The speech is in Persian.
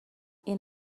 این